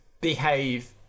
behave